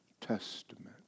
Testament